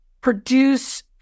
Produce